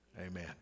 Amen